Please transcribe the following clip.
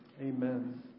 Amen